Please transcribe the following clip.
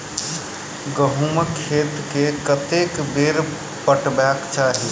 गहुंमक खेत केँ कतेक बेर पटेबाक चाहि?